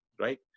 Right